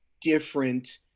different